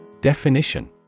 Definition